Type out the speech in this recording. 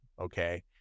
Okay